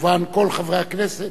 שכמובן כל חברי הכנסת